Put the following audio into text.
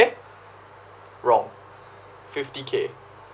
eh wrong fifty K